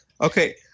Okay